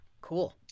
cool